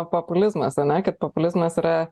populizmas ane kad populizmas yra